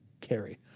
carry